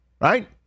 Right